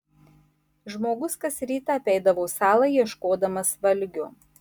žmogus kas rytą apeidavo salą ieškodamas valgio